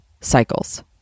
cycles